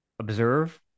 Observe